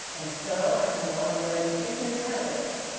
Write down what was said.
and so i can go on learning business habits.